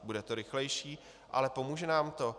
Bude to rychlejší, ale pomůže nám to?